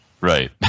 Right